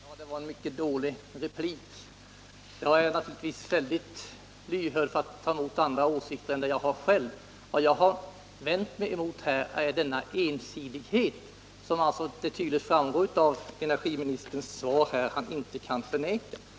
Herr talman! Det var en mycket dålig replik. Jag är naturligtvis lyhörd för andras åsikter, men vad jag här har vänt mig emot är den ensidighet som tydligt framgår av energiministerns svar och som han inte kan förneka.